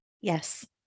Yes